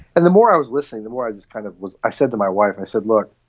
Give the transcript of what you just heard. and the more i was listening, the more i just kind of was. i said to my wife, i said, look,